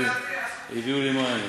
הביאו לי מים,